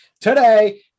today